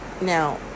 now